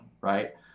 right